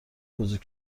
بزرگ